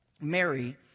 Mary